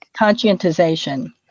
Conscientization